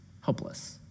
hopeless